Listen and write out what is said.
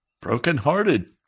brokenhearted